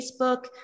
Facebook